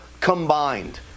combined